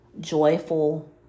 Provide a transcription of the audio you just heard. joyful